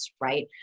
right